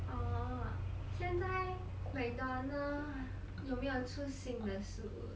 orh 现在 mcdonald's 有没有出新的食物